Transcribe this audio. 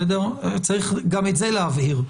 צריך גם את זה להבהיר.